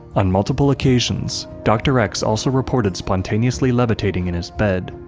on multiple occasions, dr. x also reported spontaneously levitating in his bed,